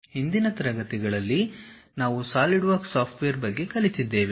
ಹಿಂದಿನ ತರಗತಿಗಳಲ್ಲಿ ನಾವು ಸಾಲಿಡ್ವರ್ಕ್ಸ್ ಸಾಫ್ಟ್ವೇರ್ ಬಗ್ಗೆ ಕಲಿತಿದ್ದೇವೆ